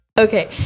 Okay